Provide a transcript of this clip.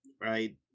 right